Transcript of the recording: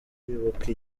uribuka